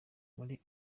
muri